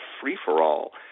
free-for-all